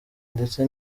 ndetse